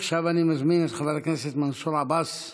עכשיו אני מזמין את חבר הכנסת מנסור עבאס.